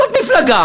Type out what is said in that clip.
זאת מפלגה